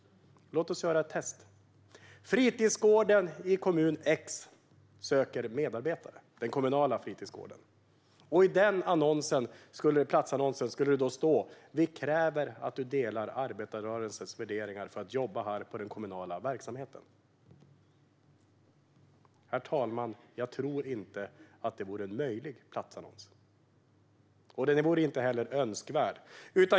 Den kommunala fritidsgården i kommun X söker medarbetare. I den platsannonsen skulle det då stå: Vi kräver att du delar arbetarrörelsens värderingar för att jobba i denna kommunala verksamhet. Herr talman! Jag tror inte att det vore en möjlig platsannons. Den är inte heller önskvärd.